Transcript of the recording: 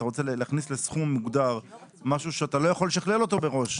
אתה רוצה להכניס לסכום מוגדר משהו שאתה לא יכול לשקלל אותו מראש.